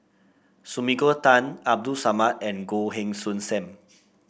Sumiko Tan Abdul Samad and Goh Heng Soon Sam